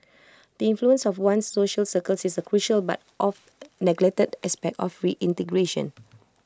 the influence of one's social circles is A crucial but oft neglected aspect of reintegration